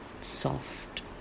soft